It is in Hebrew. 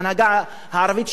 בהנהגה הערבית,